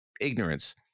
ignorance